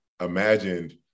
imagined